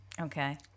Okay